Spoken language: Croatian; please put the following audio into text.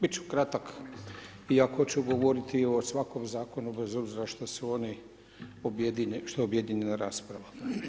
Biti ću kratka, iako ću govoriti o svakom zakonu, bez obzira što su oni, što je objedinjena rasprava.